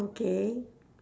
K